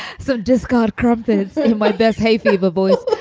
so discard corrupted my best hay fever voice.